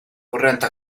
corrente